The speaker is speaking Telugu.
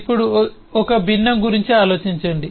ఇప్పుడు ఒక భిన్నం గురించి ఆలోచించండి